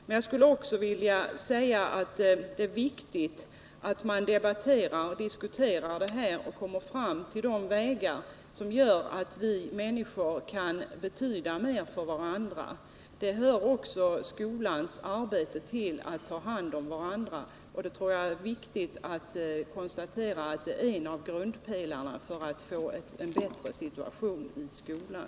Men jag skulle också vilja säga att det är viktigt att man debatterar och diskuterar detta och kommer fram till vägar genom vilka vi människor kan komma att betyda mer för varandra. Också att lära människor att ta hand om varandra hör till skolans arbete, och jag tror att det är viktigt att konstatera att det är en av grundpelarna i strävandena att få en bättre situation i skolan.